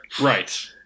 Right